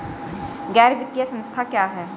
गैर वित्तीय संस्था क्या है?